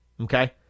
Okay